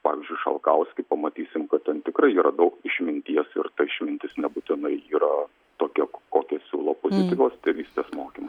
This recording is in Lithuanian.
pavyzdžiui šalkauskį pamatysim kad ten tikrai yra daug išminties ir ta išmintis nebūtinai yra tokia kokią siūlo pozityvios tėvystės mokymai